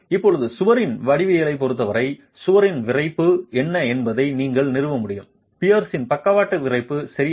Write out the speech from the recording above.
இப்போது சுவரின் வடிவவியலைப் பொறுத்தவரை சுவரின் விறைப்பு என்ன என்பதையும் நீங்கள் நிறுவ முடியும் பியர்ஸின் பக்கவாட்டு விறைப்பு சரியா